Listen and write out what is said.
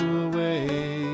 away